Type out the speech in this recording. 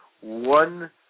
one